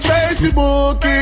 Facebook